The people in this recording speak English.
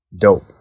Dope